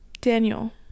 Daniel